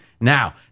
Now